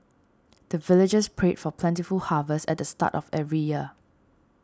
the villagers pray for plentiful harvest at the start of every year